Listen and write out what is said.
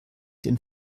den